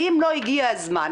האם לא הגיע הזמן,